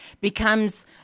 becomes